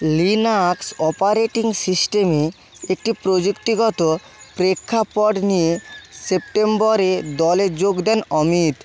Linux operating সিস্টেমে একটি প্রযুক্তিগত প্রেক্ষাপট নিয়ে সেপ্টেম্বরে দলে যোগ দেন অমিত